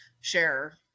share